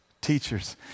teachers